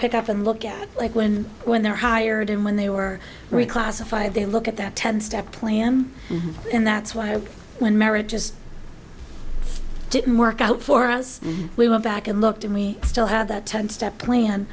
pick up and look at like when when they're hired and when they were reclassified they look at that ten step plan and that's why when marriages didn't work out for us we went back and looked at me still have that ten step plan